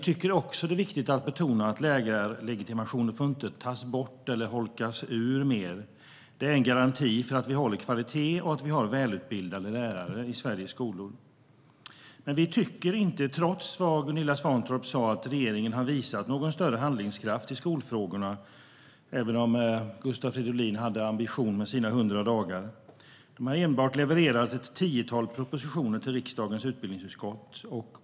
Det är viktigt att betona att lärarlegitimationen inte får tas bort eller holkas ur mer. Den är en garanti för att vi håller kvalitet och att vi har välutbildade lärare i Sveriges skolor. Trots vad Gunilla Svantorp sa tycker vi inte att regeringen visat någon större handlingskraft i skolfrågorna, även om Gustav Fridolin hade ambition med sina 100 dagar. Den har enbart levererat ett tiotal propositioner till riksdagens utbildningsutskott.